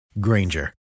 Granger